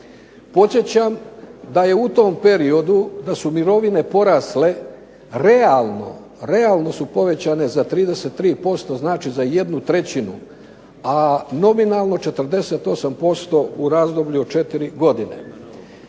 Podsjećam da je u tom periodu da su mirovine realno su povećane za 33% dakle za 1/3, a nominalno 48% u razdoblju od 4 godine.